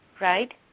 right